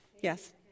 Yes